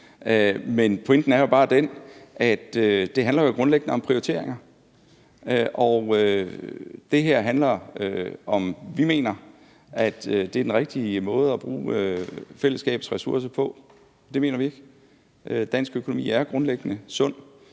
Men pointen er jo bare den, at det grundlæggende handler om prioriteringer, og vi mener, at det er den rigtige måde at bruge fællesskabets ressourcer på. Det mener vi. Dansk økonomi er grundlæggende sund.